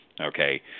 okay